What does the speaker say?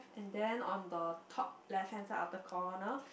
then on the top left side of the corner